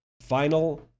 Final